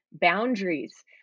boundaries